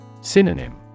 Synonym